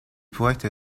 poète